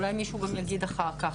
אולי מישהו יגיד אחר כך.